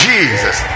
Jesus